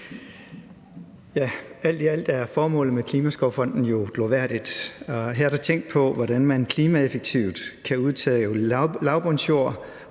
Alt i alt er formålet med Klimaskovfonden jo glorværdigt. Her er der tænkt på, hvordan man klimaeffektivt kan udtage lavbundsjorder